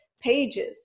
pages